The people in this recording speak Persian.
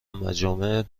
مجامع